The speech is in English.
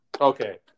Okay